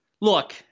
look